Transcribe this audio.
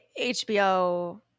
HBO